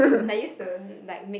I use the word like meet